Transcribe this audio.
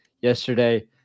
yesterday